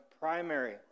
primary